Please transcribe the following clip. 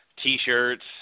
T-shirts